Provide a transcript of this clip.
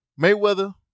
Mayweather